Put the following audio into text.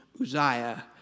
Uzziah